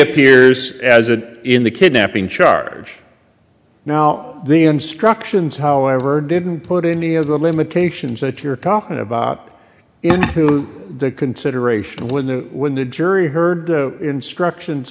appears as it in the kidnapping charge now the instructions however didn't put any of the limitations that you're talking about in the consideration of when the when the jury heard instructions